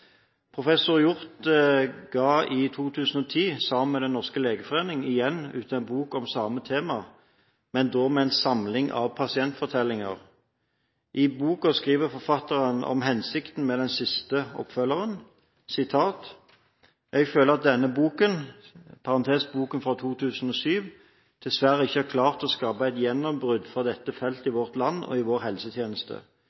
Professor Hjort ga i 2010 sammen med Den norske legeforening igjen ut en bok om samme tema, men da med en samling av pasientfortellinger. I boken skriver forfatteren om hensikten med den siste oppfølgeren: «Jeg føler at denne boken dessverre ikke har klart å skape et gjennombrudd for dette feltet i